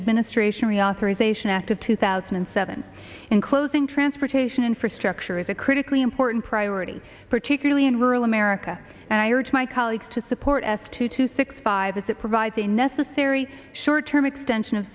administration reauthorization act of two thousand and seven in closing transportation infrastructure is a critically important priority particularly in rural america and i urge my colleagues to support s two two six five as it provides a necessary short term extension of